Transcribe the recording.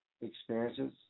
experiences